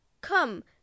Come